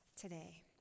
today